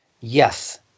Yes